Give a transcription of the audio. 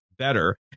Better